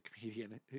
comedian